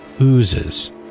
oozes